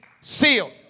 sealed